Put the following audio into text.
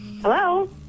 Hello